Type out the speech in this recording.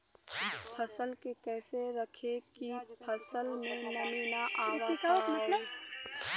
फसल के कैसे रखे की फसल में नमी ना आवा पाव?